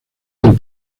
del